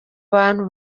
bantu